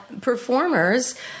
performers